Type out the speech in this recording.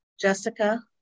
Jessica